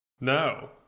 No